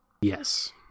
Yes